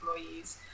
employees